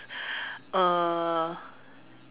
uh